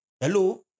Hello